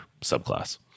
subclass